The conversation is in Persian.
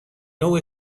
نوع